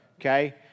okay